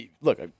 look